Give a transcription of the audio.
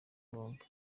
bombi